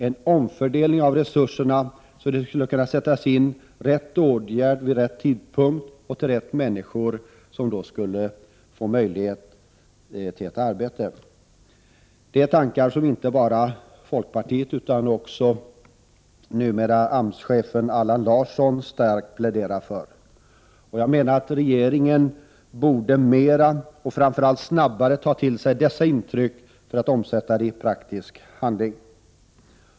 En omfördelning av resurserna så att det skulle kunna sättas in rätt åtgärd vid rätt tidpunkt och till rätt människor skulle ge fler möjlighet till arbete. Detta är tankar som inte bara folkpartiet utan också numera AMS-chefen Allan Larsson starkt pläderar för. Regeringen borde mera och framför allt snabbare ta till sig dessa intryck för att omsätta dem i praktisk handling.